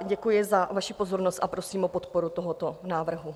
Děkuji za vaši pozornost a prosím o podporu tohoto návrhu.